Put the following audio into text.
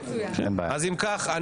אז אם כך,